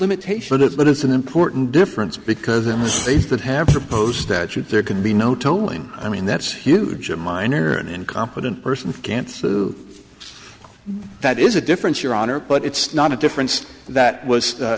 limitations but it's an important difference because in the states that have proposed statute there can be no tolling i mean that's huge a minor and incompetent person can through that is a difference your honor but it's not a difference that was